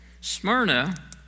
Smyrna